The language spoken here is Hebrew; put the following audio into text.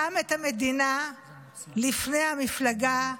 שם את המדינה לפני המפלגה.